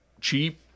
cheap